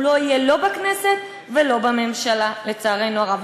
הוא לא יהיה לא בכנסת ולא בממשלה, לצערנו הרב.